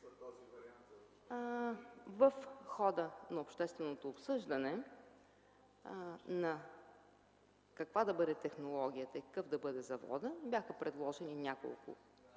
В хода на общественото обсъждане каква да бъде технологията и какъв да бъде заводът бяха предложени няколко модела.